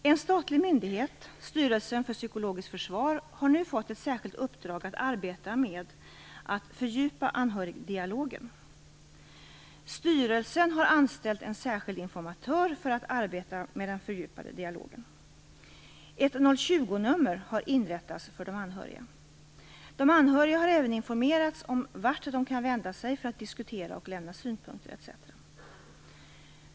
En statlig myndighet, Styrelsen för psykologiskt försvar, har nu fått ett särskilt uppdrag att arbeta med att fördjupa anhörigdialogen. Styrelsen har anställt en särskild informatör för att arbeta med den fördjupade dialogen. Ett 020-nummer har inrättats för de anhöriga. De anhöriga har även informerats om vart de kan vända sig för att diskutera och lämna synpunkter etc.